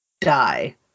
die